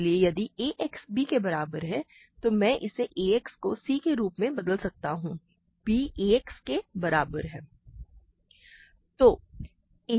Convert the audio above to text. इसलिए यदि ax b के बराबर है तो मैं इस ax को c के रूप में बदल सकता हूँ b ax के बराबर है